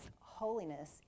holiness